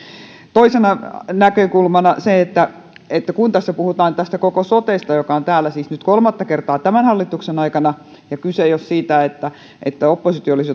toisena näkökulmana kun tässä puhutaan tästä koko sotesta joka on täällä siis nyt kolmatta kertaa tämän hallituksen aikana kyse ei ole siitä että että oppositio olisi